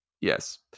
Yes